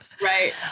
Right